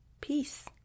peace